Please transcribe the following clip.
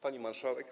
Pani Marszałek!